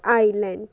island